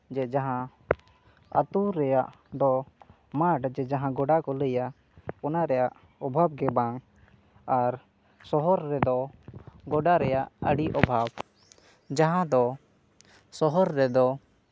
ᱡᱮ ᱡᱟᱦᱟᱸ ᱟᱹᱛᱳ ᱨᱮᱭᱟᱜ ᱫᱚ ᱢᱟᱴᱷ ᱡᱮ ᱡᱟᱦᱟᱸ ᱜᱚᱰᱟ ᱠᱚ ᱞᱟᱹᱭᱟ ᱚᱱᱟ ᱨᱮᱭᱟᱜ ᱚᱵᱷᱟᱵᱽ ᱜᱮ ᱵᱟᱝ ᱟᱨ ᱥᱚᱦᱚᱨ ᱨᱮᱫᱚ ᱜᱚᱰᱟ ᱨᱮᱭᱟᱜ ᱟᱹᱰᱤ ᱚᱵᱷᱟᱵᱽ ᱡᱟᱦᱟᱸ ᱫᱚ ᱥᱚᱦᱚᱨ ᱨᱮᱫᱚ